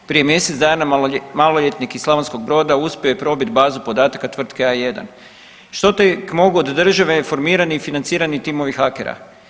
Prije mjesec dana maloljetnik iz Slavonskog Broda uspio je probit bazu podataka tvrtke A1, što tek mogu od države informirani i financirani timovi hakera?